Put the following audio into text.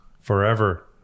Forever